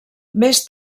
més